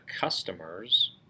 customers